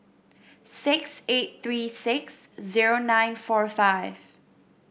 six eight three six zero nine four five